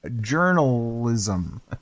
journalism